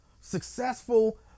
successful